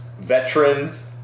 Veterans